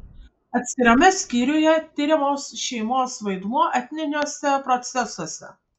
atskirame skyriuje tiriamas šeimos vaidmuo etniniuose procesuose